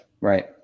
right